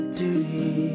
duty